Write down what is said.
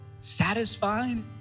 satisfied